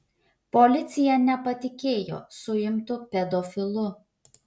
policija nepatikėjo suimtu pedofilu